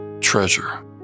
treasure